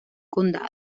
condado